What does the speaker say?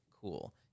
cool